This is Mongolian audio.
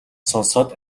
сонсоод